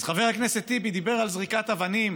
חבר הכנסת טיבי דיבר על זריקת אבנים